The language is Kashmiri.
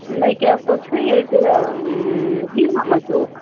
مےٚ کیٛاہ سا چھُ ییٚتہِ بِی ہاما چوک